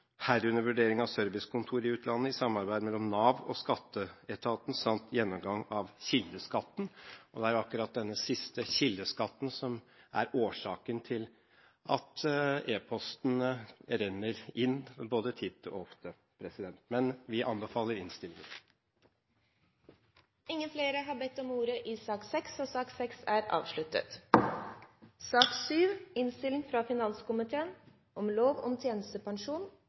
herunder vurdering av servicekontor i utlandet i samarbeid mellom Nav og skatteetaten, samt gjennomgang av kildeskatten. Det er nettopp det siste, kildeskatten, som er årsaken til at e-postene renner inn både titt og ofte. Vi anbefaler innstillingen. Flere har ikke bedt om ordet til sak